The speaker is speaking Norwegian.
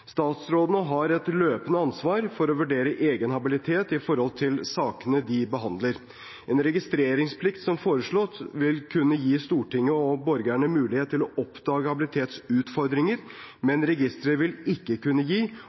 Statsrådene har et løpende ansvar for å vurdere egen habilitet i forhold til sakene de behandler. En registreringsplikt som foreslått, vil kunne gi Stortinget og borgerne mulighet til å oppdage habilitetsutfordringer, men registeret vil ikke kunne gi